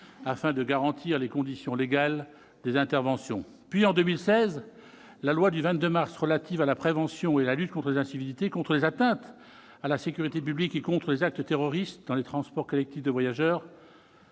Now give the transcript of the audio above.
afin de garantir les conditions légales des interventions. Puis, en 2016, la loi du 22 mars relative à la prévention et à la lutte contre les incivilités, contre les atteintes à la sécurité publique et contre les actes terroristes dans les transports collectifs de voyageurs,